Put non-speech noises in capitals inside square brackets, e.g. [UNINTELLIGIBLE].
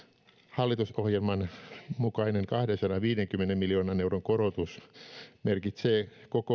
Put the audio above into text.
hallitusohjelman mukainen kahdensadanviidenkymmenen miljoonan euron korotus merkitsee koko [UNINTELLIGIBLE]